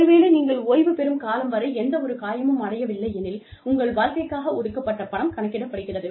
ஒருவேளை நீங்கள் ஓய்வு பெறும் காலம் வரை எந்த ஒரு காயமும் அடையவில்லை எனில் உங்கள் வாழ்க்கைக்காக ஒதுக்கப்பட்ட பணம் கணக்கிடப்படுகிறது